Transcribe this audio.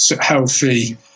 healthy